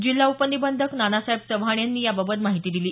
जिल्हा उपनिबंधक नानासाहेब चव्हाण यांनी याबाबत माहिती दिली